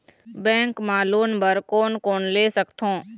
Bank मा loan बर कोन कोन ले सकथों?